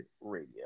Radio